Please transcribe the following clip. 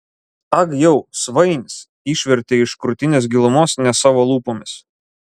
ag jau svainis išvertė iš krūtinės gilumos ne savo lūpomis